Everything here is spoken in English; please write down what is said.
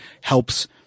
helps